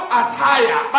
attire